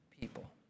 people